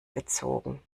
gezogen